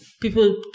people